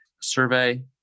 survey